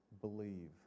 believe